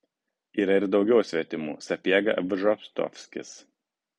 yra ir daugiau svetimų sapiega bžostovskis